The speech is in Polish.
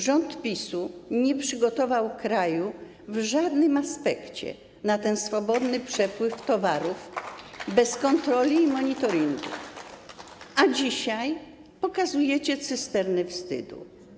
Rząd PiS nie przygotował kraju w żadnym aspekcie na ten swobodny przepływ towarów bez kontroli i monitoringu, a dzisiaj pokazujecie cysterny wstydu.